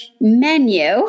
menu